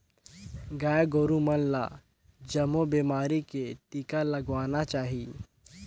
गाय गोरु मन ल जमो बेमारी के टिका लगवाना चाही